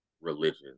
religion